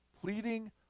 pleading